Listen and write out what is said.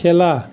খেলা